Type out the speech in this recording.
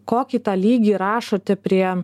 kokį tą lygį rašote prie